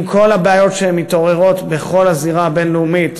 עם כל הבעיות שמתעוררות בכל הזירה הבין-לאומית,